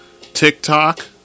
TikTok